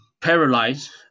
paralyzed